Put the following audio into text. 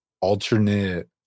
alternate